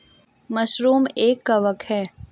mushroom एक कवक है